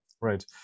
Right